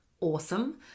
awesome